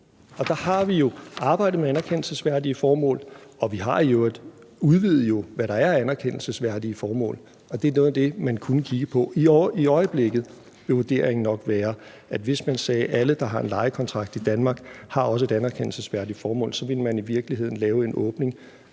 Og der har vi jo arbejdet med anerkendelsesværdige formål, og vi har i øvrigt udvidet, hvad der er anerkendelsesværdige formål, og det er noget af det, man kunne kigge på. I øjeblikket vil vurderingen nok være, at hvis man sagde, at alle, der har en lejekontrakt i Danmark, også har et anerkendelsesværdigt formål, ville man i virkeligheden lave en åbning,